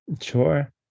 Sure